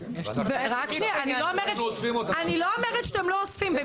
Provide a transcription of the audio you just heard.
רק שנייה, אני לא אומרת שאתם לא אוספים אותם.